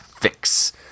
fix